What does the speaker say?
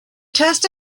test